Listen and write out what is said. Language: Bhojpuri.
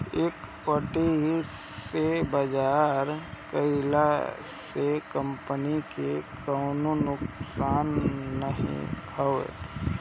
इक्विटी से व्यापार कईला से कंपनी के कवनो नुकसान नाइ हवे